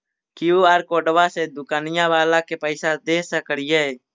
QR कोडबा से दुकनिया बाला के पैसा दे सक्रिय?